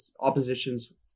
opposition's